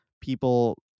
people